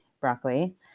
broccoli